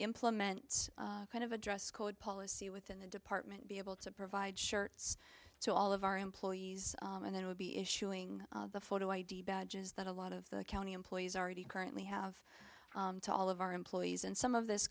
implement kind of a dress code policy within the department be able to provide shirts to all of our employees and then we'll be issuing photo id badges that a lot of the county employees already currently have to all of our employees and some of this